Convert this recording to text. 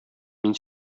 мин